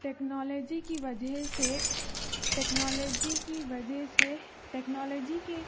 technology کی وجہ سے ٹیکنالوجی کی وجہ سے ٹیکنالوجی کے